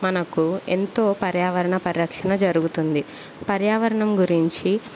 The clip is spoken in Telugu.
మనకు ఎంతో పర్యావరణ పరిరక్షణ జరుగుతుంది పర్యావరణం గురించి